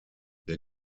der